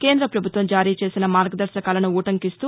కేంద్ర ప్రభుత్వం జారీ చేసిన మార్గదర్భకాలను ఉటంకిస్తూ